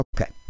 Okay